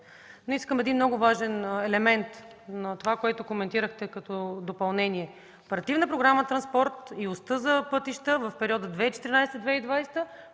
бюджет. Един много важен момент на онова, което коментирахте като допълнение. Оперативна програма „Транспорт” и оста за пътища през периода 2014-2020